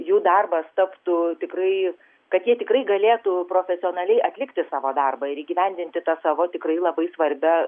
jų darbas taptų tikrais kad jie tikrai galėtų profesionaliai atlikti savo darbą ir įgyvendinti tą savo tikrai labai svarbią